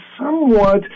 somewhat